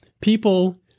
people